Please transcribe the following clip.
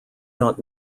not